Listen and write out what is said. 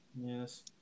yes